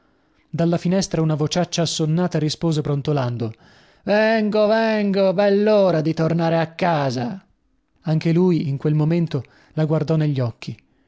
dalla finestra una vociaccia assonnata rispose brontolando vengo vengo bellora di tornare a casa anche lui in quel momento la guardò negli occhi